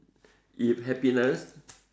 if happiness